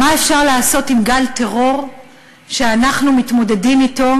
מה אפשר לעשות עם גל טרור שאנחנו מתמודדים אתו,